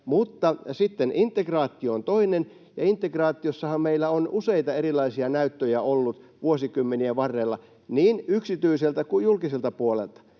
Sitten integraatio on toinen, ja integraatiossahan meillä on useita erilaisia näyttöjä ollut vuosikymmenien varrella niin yksityiseltä kuin julkiselta puolelta.